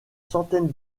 centaine